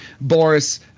Boris